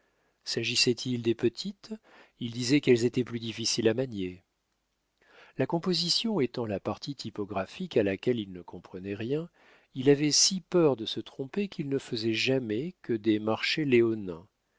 s'agissait-il des petites il disait qu'elles étaient plus difficiles à manier la composition étant la partie typographique à laquelle il ne comprenait rien il avait si peur de se tromper qu'il ne faisait jamais que des marchés léonins